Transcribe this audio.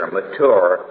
mature